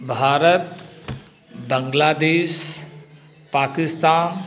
Bharat Bangladesh Pakistan